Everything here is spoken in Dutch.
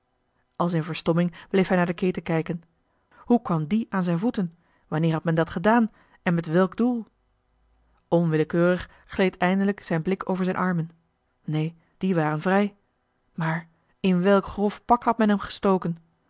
als in verstomming bleef hij naar de keten kijken hoe kwam die aan zijn voeten wanneer had men dat gedaan en met welk doel onwillekeurig gleed eindelijk zijn blik over zijn armen neen die waren vrij maar in welk grof pak had men hem gestoken